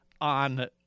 on